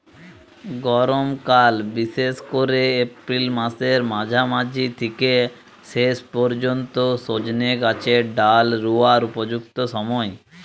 গরমকাল বিশেষ কোরে এপ্রিল মাসের মাঝামাঝি থিকে শেষ পর্যন্ত সজনে গাছের ডাল রুয়ার উপযুক্ত সময়